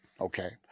Okay